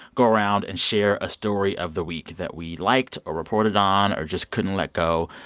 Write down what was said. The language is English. go around and share a story of the week that we liked or reported on or just couldn't let go.